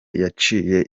yaciye